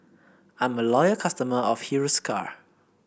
I'm a loyal customer of Hiruscar